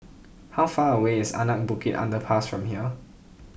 how far away is Anak Bukit Underpass from here